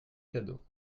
cadeau